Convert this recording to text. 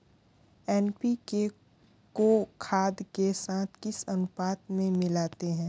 NPK को खाद के साथ किस अनुपात में मिलाते हैं?